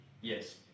Yes